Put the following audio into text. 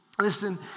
Listen